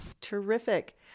Terrific